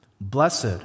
Blessed